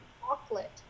chocolate